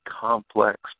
complex